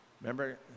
Remember